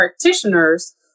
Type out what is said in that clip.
practitioners